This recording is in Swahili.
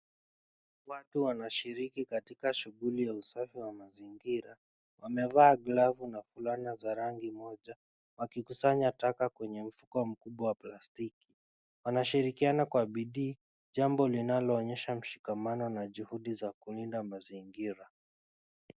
Watu wanashiriki katika usafi wa mazingira. Wamevaa glavu na fulana za rangi moja wakikusanya taka kwenye mfuko mkubwa wa plastiki. Wanashirikiana kwa bidii, jambo linaloonyesha mshikamano na juhudi za kuunda mazingira.